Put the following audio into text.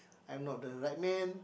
I am not the right man